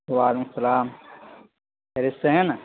و علیکم السلام خیریت سے ہیں نا